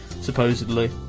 supposedly